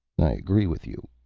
i agree with you,